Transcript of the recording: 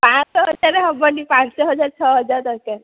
ପାଞ୍ଚଶହ ହଜାର ହେବନି ପାଞ୍ଚ ହଜାର ଛଅ ହଜାର ଦରକାର